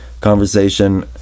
conversation